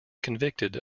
convicted